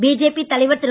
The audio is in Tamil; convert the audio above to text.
பிஜேபி தலைவர் திரு